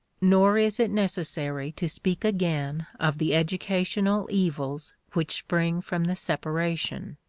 nor is it necessary to speak again of the educational evils which spring from the separation.